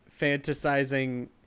fantasizing